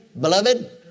beloved